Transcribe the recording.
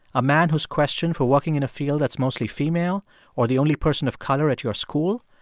a man who's questioned for working in a field that's mostly female or the only person of color at your school?